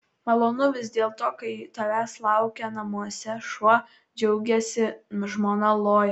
malonu vis dėlto kai tavęs laukia namuose šuo džiaugiasi žmona loja